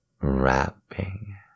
wrapping